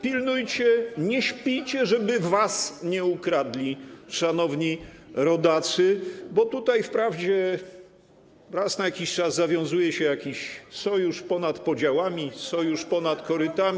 Pilnujcie, nie śpijcie, żeby was nie ukradli, szanowni rodacy, bo tutaj wprawdzie raz na jakiś czas zawiązuje się jakiś sojusz ponad podziałami, sojusz ponad korytami.